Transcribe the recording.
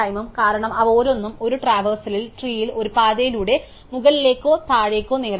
കാരണം അവ ഓരോന്നും ഒരു ട്രവേര്സല്ലിൽ ട്രീയിൽ ഒരു പാതയിലൂടെ മുകളിലേക്കോ താഴേയ്ക്കോ നേടാനാകും